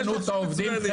יש לך עובדים מצוינים,